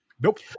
Nope